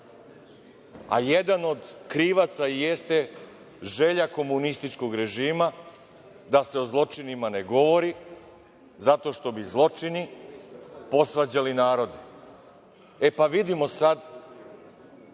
a jedan od krivaca jeste želja komunističkog režima da se o zločinima ne govori, zato što bi zločini posvađali narod. Vidimo sad